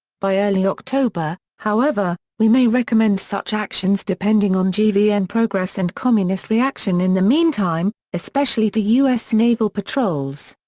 by early october, however, we may recommend such actions depending on gvn and progress and communist reaction in the meantime, especially to us naval patrols.